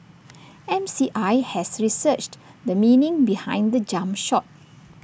M C I has researched the meaning behind the jump shot